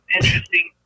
Interesting